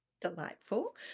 Delightful